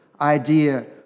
idea